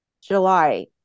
July